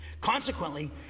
Consequently